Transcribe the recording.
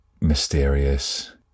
Mysterious